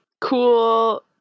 cool